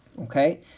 Okay